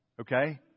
Okay